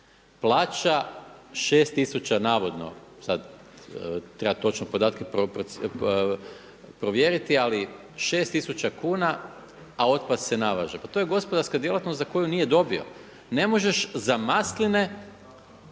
Plaća 6000 navodno sad treba točno podatke provjeriti, ali 6000 kuna a otpad se navaža. Pa to je gospodarska djelatnost za koju nije dobio. Ne možeš za masline